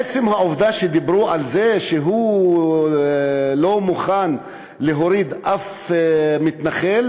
עצם העובדה שדיברו על זה שהוא לא מוכן להוריד אף מתנחל,